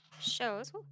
shows